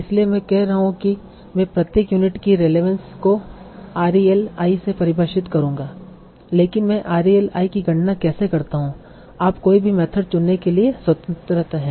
इसलिए मैं कह रहा हूं कि मैं प्रत्येक यूनिट की रेलेवंस को rel i से परिभाषित करूंगा लेकिन मैं rel i की गणना कैसे करता हूं आप कोई भी मेथड चुनने के लिए स्वतंत्र हैं